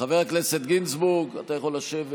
חבר הכנסת גינזבורג, אתה יכול לשבת.